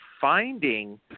finding